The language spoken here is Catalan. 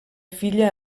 filla